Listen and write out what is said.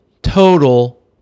total